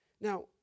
Now